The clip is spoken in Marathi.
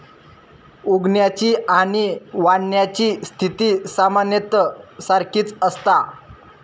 उगवण्याची आणि वाढण्याची स्थिती सामान्यतः सारखीच असता